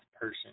person